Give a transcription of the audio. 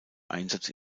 einsatz